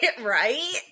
Right